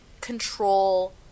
control